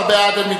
הצעת ועדת